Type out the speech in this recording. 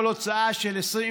כל הוצאה של 20,